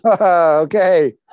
okay